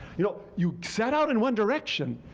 you know you set out in one direction,